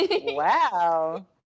Wow